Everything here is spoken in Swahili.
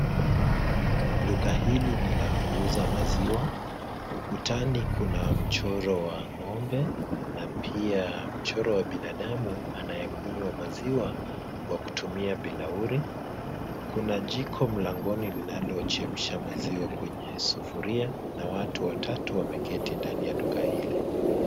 Duka hili ni la kuuza maziwa. Ukutani kuna mchoro wa ng'ombe na pia mchoro wa binadamu anayekunywa maziwa kwa kutumia birauli. Kuna jiko mlangoni linalochemsha maziwa kwenye sufuria na watu watatu wameketi ndani ya duka hili.